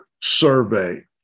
survey